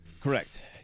Correct